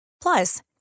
Plus